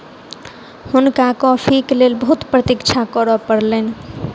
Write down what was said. हुनका कॉफ़ीक लेल बहुत प्रतीक्षा करअ पड़लैन